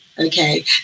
Okay